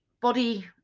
body